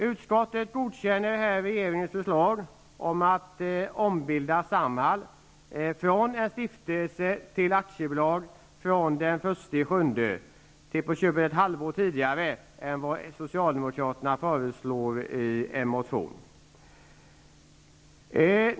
Utskottet godkänner regeringens förslag att ombilda Samhall från en stiftelse till ett aktiebolag från den 1 juli 1992 -- till på köpet ett halvår tidigare än socialdemokraterna föreslår i en motion.